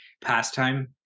pastime